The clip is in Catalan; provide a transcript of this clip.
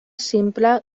simple